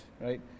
right